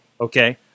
Okay